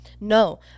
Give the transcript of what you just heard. no